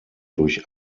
durch